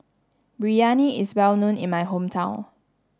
Biryani is well known in my hometown